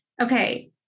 okay